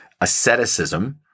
Asceticism